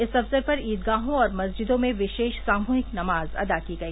इस अवसर पर ईदगाहों और मस्जिदों में विशेष सामूहिक नमाज अदा की गई